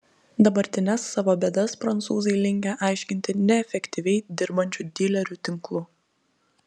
dabartines savo bėdas prancūzai linkę aiškinti neefektyviai dirbančiu dilerių tinklu